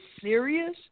serious